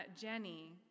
Jenny